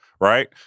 right